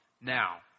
now